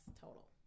total